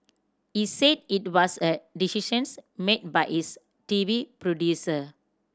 he said it was a decisions made by his T V producer